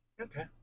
Okay